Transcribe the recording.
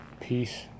Peace